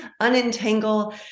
unentangle